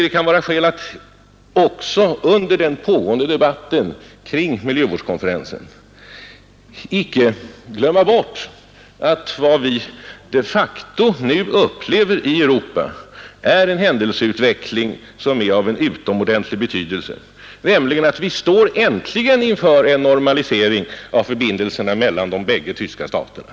Det kan vara skäl att också under den pågående debatten kring miljövårdskonferensen icke glömma bort att vad vi de facto nu upplever i Europa är en händelseutveckling av utomordentlig betydelse, som innebär att vi äntligen står inför en normalisering av förbindelserna mellan de bägge tyska staterna.